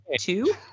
two